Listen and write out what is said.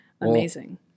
Amazing